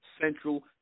Central